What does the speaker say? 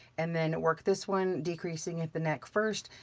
and then work this one, decreasing at the neck first,